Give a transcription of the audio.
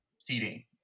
seating